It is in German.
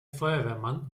feuerwehrmann